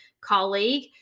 colleague